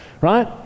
right